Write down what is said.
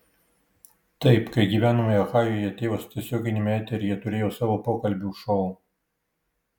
taip kai gyvenome ohajuje tėvas tiesioginiame eteryje turėjo savo pokalbių šou